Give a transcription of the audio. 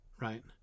right